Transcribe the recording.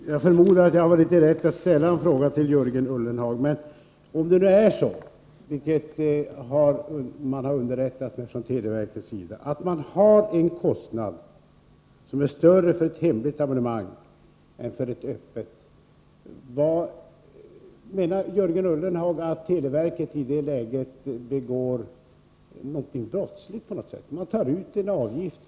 Herr talman! Jag förmodar att jag har rätt att ställa en fråga till Jörgen Ullenhag. Om det är så — vilket man har underrättat mig om från televerket — att man har en större kostnad för ett hemligt abonnemang än för ett öppet, menar Jörgen Ullenhag att televerket i det läget begår något brottsligt när man tar ut en avgift?